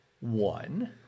One